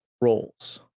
roles